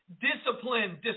discipline